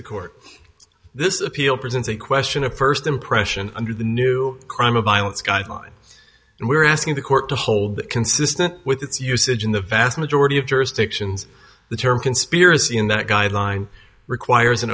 the court this is appeal presents a question of first impression under the new crime of violence guideline and we're asking the court to hold that consistent with its usage in the vast majority of jurisdictions the term conspiracy in that guideline requires an